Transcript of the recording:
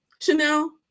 Chanel